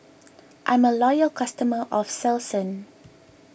I'm a loyal customer of Selsun